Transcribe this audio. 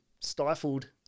stifled